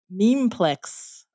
memeplex